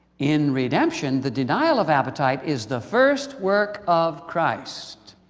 in redemption, the denial of appetite is the first work of christ.